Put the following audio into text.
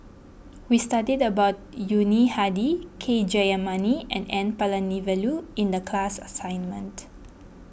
we studied about Yuni Hadi K Jayamani and N Palanivelu in the class assignment